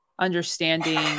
understanding